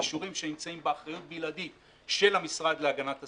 אישורים שנמצאים באחריות בלעדית של המשרד להגנת הסביבה,